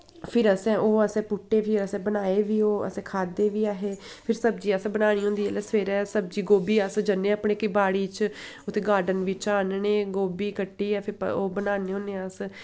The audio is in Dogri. फिर असें ओह् असें पुट्टे फिर असें बनाए बी ओह् असें खादे बी ऐ हे फिर सब्जी असें बनानी होंदी जिल्लै सबेरे सब्जी गोभी अस जन्ने अपने कि बाड़ी च उत्थै गार्डन बिच्चा आह्नने गोभी कट्टियै फ्ही ओ बनान्ने होन्ने अस